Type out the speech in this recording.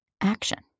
Action